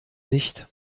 nicht